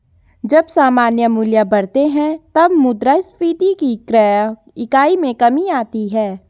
जब सामान्य मूल्य बढ़ते हैं, तब मुद्रास्फीति की क्रय इकाई में कमी आती है